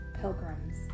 pilgrims